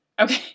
Okay